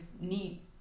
need